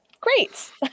great